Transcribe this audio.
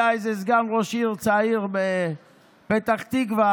היה איזה סגן ראש עיר צעיר בפתח תקווה,